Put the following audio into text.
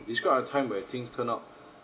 describe a time where things turn out